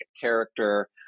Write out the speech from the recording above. character